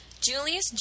Julius